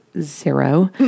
zero